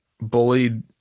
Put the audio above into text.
bullied